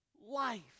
life